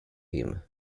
him